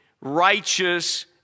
righteous